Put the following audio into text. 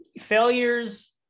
failures